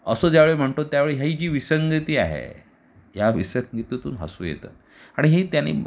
असं ज्यावेळी म्हणतो त्यावेळी ही जी विसंगती आहे या विसंगतीतून हसू येतं आणि ही त्याने